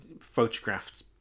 photographed